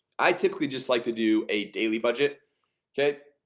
i typically just like to do a daily budget okay,